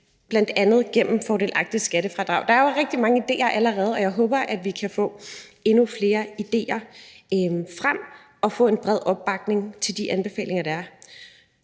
bl.a. gennem fordelagtige skattefradrag. Der er jo rigtig mange idéer allerede, og jeg håber, vi kan få endnu flere idéer frem og få en bred opbakning til de anbefalinger, der er.